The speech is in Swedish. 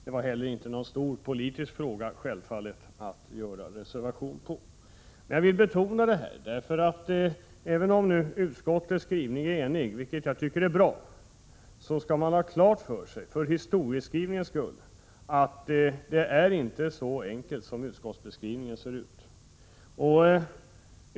Det var heller inte någon stor politisk fråga som det fanns anledning att reservera sig i. Jag vill betona detta. Även om utskottets skrivning är enhetlig — vilket jag tycker är bra — skall man ha klart för sig, för historieskrivningens skull, att det inte är så enkelt som det sill synas av utskottets skrivning.